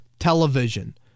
television